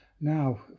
Now